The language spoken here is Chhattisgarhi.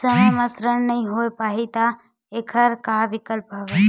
समय म ऋण नइ हो पाहि त एखर का विकल्प हवय?